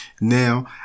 Now